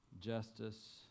Justice